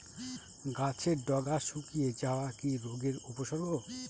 গাছের ডগা শুকিয়ে যাওয়া কি রোগের উপসর্গ?